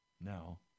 Now